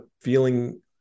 feeling